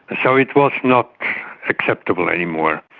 so it was not acceptable anymore.